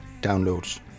Downloads